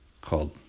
called